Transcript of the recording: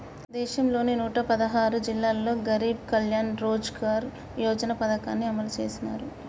దేశంలోని నూట పదహారు జిల్లాల్లో గరీబ్ కళ్యాణ్ రోజ్గార్ యోజన పథకాన్ని అమలు చేసినారు